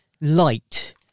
light